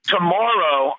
Tomorrow